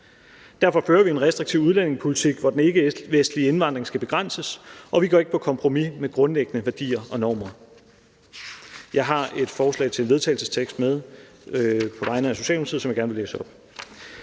Derfor fører vi en restriktiv udlændingepolitik, hvor den ikkevestlige indvandring skal begrænses, og vi går ikke på kompromis med grundlæggende værdier og normer. Jeg har et forslag til vedtagelse med på vegne af Socialdemokratiet, som jeg gerne vil læse op: